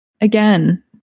Again